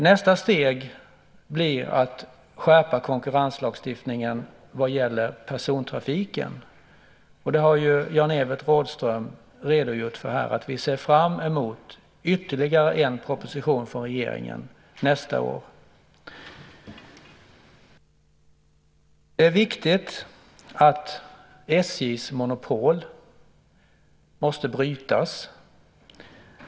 Nästa steg blir att skärpa konkurrenslagstiftningen vad gäller persontrafiken. Det har Jan-Evert Rådhström redogjort för här. Vi ser fram emot ytterligare en proposition från regeringen nästa år. Det är viktigt att SJ:s monopol bryts.